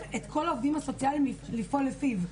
את כל העובדים סוציאליים לפעול לפיהן.